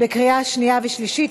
בקריאה שנייה ושלישית.